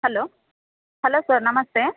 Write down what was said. hello hello sir ನಮಸ್ತೆ